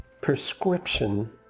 prescription